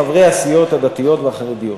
חברי הסיעות הדתיות והחרדיות,